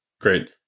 great